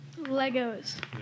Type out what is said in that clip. Legos